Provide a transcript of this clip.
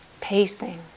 pacing